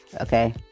Okay